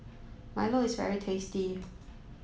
Milo is very tasty